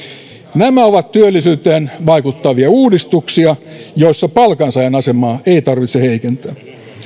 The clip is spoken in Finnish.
nämä ovat työllisyyteen vaikuttavia uudistuksia joissa palkansaajan asemaa ei tarvitse heikentää